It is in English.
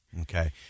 Okay